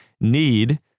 need